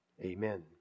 amen